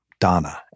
Donna